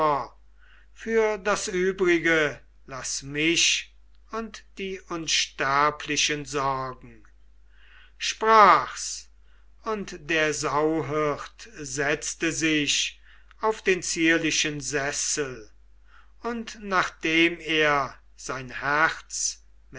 für das übrige laß mich und die unsterblichen sorgen sprach's und der sauhirt setzte sich auf den zierlichen sessel und nachdem er sein herz